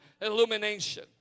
illumination